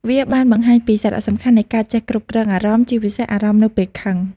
វាបានបង្ហាញពីសារៈសំខាន់នៃការចេះគ្រប់គ្រងអារម្មណ៍ ជាពិសេសអារម្មណ៍នៅពេលខឹង។